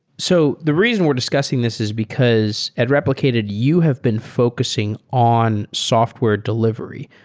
so the reason we're discussing this is because, at replicated, you have been focusing on software delivery,